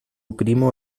primo